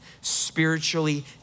spiritually